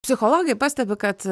psichologai pastebi kad